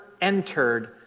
entered